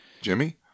Jimmy